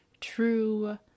true